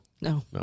no